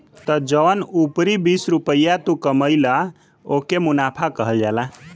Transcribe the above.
त जौन उपरी बीस रुपइया तू कमइला ओके मुनाफा कहल जाला